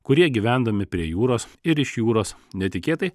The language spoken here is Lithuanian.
kurie gyvendami prie jūros ir iš jūros netikėtai